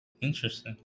Interesting